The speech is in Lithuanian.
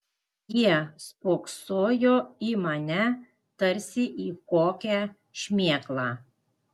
jie spoksojo į mane tarsi į kokią šmėklą